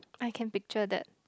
I can picture that